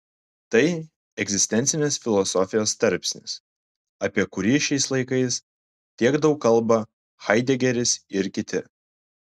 tai egzistencinės filosofijos tarpsnis apie kurį šiais laikais tiek daug kalba haidegeris ir kiti